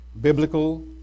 Biblical